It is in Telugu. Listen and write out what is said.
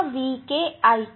VNIN